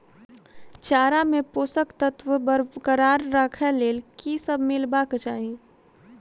चारा मे पोसक तत्व बरकरार राखै लेल की सब मिलेबाक चाहि?